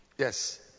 Yes